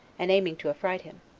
and aiming to affright him.